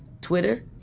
Twitter